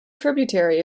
tributary